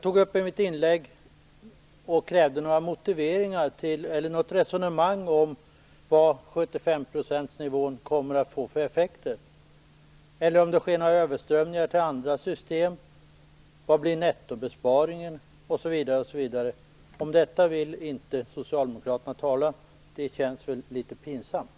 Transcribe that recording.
I mitt anförande krävde jag ett resonemang om vilka effekter 75-procentsnivån kommer att få. Vidare: Sker det överströmningar till andra system? Vad blir nettobesparingen osv.? Om de sakerna vill Socialdemokraterna inte tala. Det känns väl litet pinsamt.